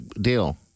deal